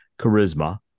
charisma